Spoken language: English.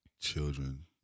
children